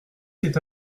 c’est